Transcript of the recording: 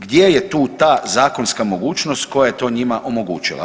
Gdje je tu ta zakonska mogućnost koja je to njima omogućila?